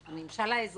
הממשל האזרחי מבחינתו.